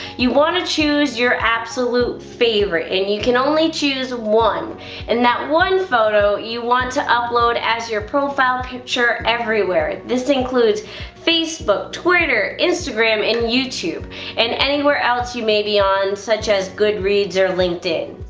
you want to choose your absolute favorite and you can only choose one and that one photo you want to upload as your profile picture everywhere. this includes facebook twitter instagram and youtube and anywhere else you may be on such as goodreads or linkedin.